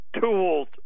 tools